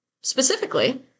Specifically